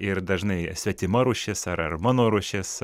ir dažnai svetima rūšis ar ar mano rūšis